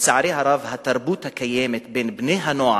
לצערי הרב, התרבות הקיימת בין בני-הנוער,